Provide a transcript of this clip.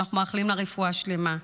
ואנו מאחלים לה רפואה שלמה,